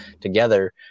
together